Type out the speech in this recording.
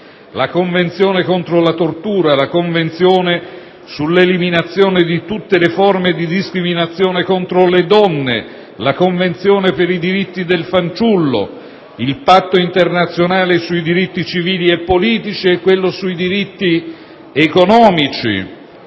la Convenzione contro la tortura, la Convenzione sull'eliminazione di tutte le forme di discriminazione contro le donne, la Convenzione per i diritti del fanciullo, il Patto internazionale sui diritti civili e politici e quello sui diritti economici,